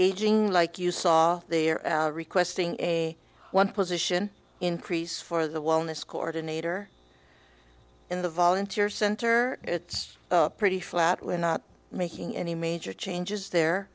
aging like you saw there requesting a one position increase for the wellness quarter nater in the volunteer center it's pretty flat we're not making any major changes the